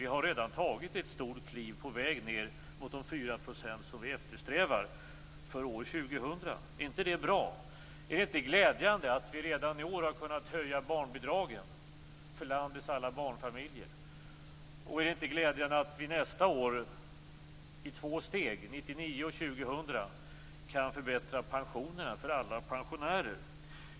Vi har redan tagit ett stort kliv på väg ned mot de 4 % som vi eftersträvar för år 2000. Är inte det bra? Är det inte glädjande att vi redan i år har kunnat höja barnbidragen för landets alla barnfamiljer? Är det inte glädjande att vi i två steg 1999 och 2000 kan förbättra pensionerna för alla pensionärer?